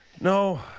No